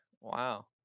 Wow